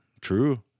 true